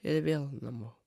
ir vėl namo